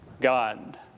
God